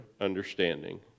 understanding